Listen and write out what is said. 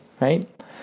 right